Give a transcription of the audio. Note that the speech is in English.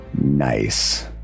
Nice